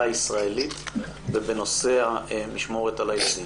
הישראלית בנושא המשמורת על הילדים.